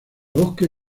bosque